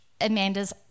Amanda's